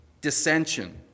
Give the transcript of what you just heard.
dissension